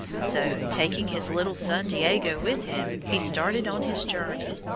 so, taking his little son, diego, with him, he started on his journey.